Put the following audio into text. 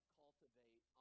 cultivate